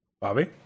Bobby